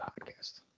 Podcast